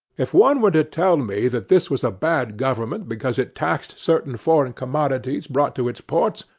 if one were to tell me that this was a bad government because it taxed certain foreign commodities brought to its ports,